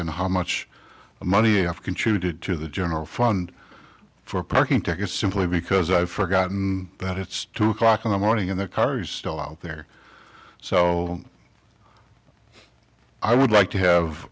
and how much money i've contributed to the general fund for parking tickets simply because i forgot that it's two o'clock in the morning in the car is still out there so i would like to have